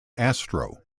astro